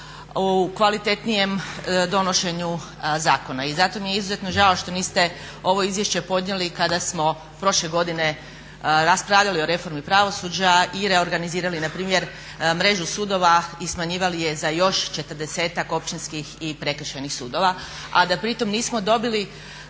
u kvalitetnijem donošenju zakona. I zato mi je izuzetno žao što niste ovo izvješće podnijeli kada smo prošle godine raspravljali o reformi pravosuđa i reorganizirali npr. mrežu sudova i smanjivali je za još 40-ak općinskih i prekršajnih sudova a da pri tome nismo dobili